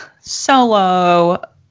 Solo